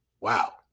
Wow